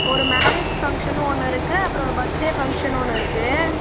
ஒரு marriage function ஒன்று இருக்குது அப்புறோம் ஒரு பர்த்டே ஃபங்க்ஷன் ஒன்று இருக்குது